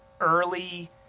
early